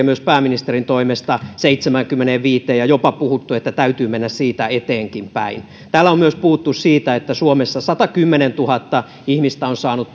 myös pääministerin toimesta seitsemäänkymmeneenviiteen ja jopa puhuttu että täytyy mennä siitä eteenkinpäin täällä on puhuttu myös siitä että suomessa satakymmentätuhatta ihmistä on saanut